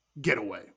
getaway